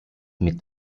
mit